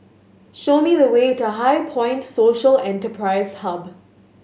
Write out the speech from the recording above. show me the way to HighPoint Social Enterprise Hub